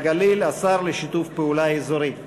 לשיתוף פעולה אזורי.